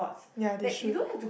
ya they should